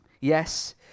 Yes